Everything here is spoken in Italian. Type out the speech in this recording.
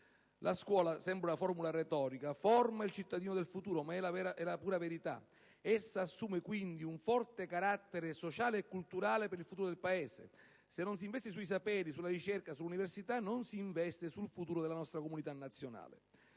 questa sembra una formula retorica, ma è la pura verità. Essa assume quindi un forte carattere sociale e culturale per il futuro del Paese. Se non si investe sui saperi, sulla ricerca e sull'università, non si investe sul futuro della nostra comunità nazionale.